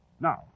Now